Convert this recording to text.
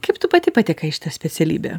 kaip tu pati patekai į šitą specialybę